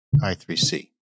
I3C